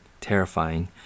terrifying